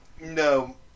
No